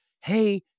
hey